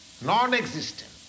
non-existent